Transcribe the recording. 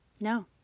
No